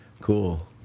Cool